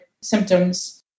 symptoms